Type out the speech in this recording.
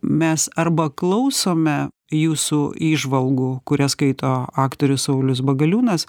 mes arba klausome jūsų įžvalgų kurias skaito aktorius saulius bagaliūnas